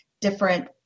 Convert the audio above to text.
different